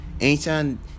Anytime